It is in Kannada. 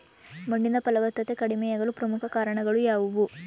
ಮಣ್ಣಿನ ಫಲವತ್ತತೆ ಕಡಿಮೆಯಾಗಲು ಪ್ರಮುಖ ಕಾರಣಗಳು ಯಾವುವು?